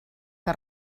que